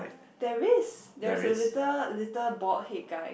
there is there is a little little bald head guy